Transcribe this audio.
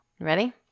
ready